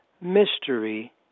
mystery